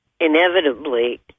inevitably